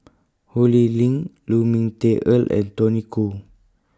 Hu Lee Ling Lu Ming Teh Earl and Tony Khoo